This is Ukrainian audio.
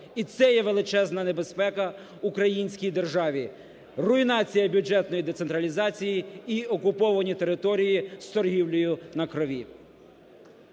І це є величезна небезпека українській державі, руйнація бюджетної децентралізації і окуповані території з торгівлею на крові.